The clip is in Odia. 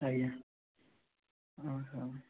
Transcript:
ଆଜ୍ଞା ଅ ହ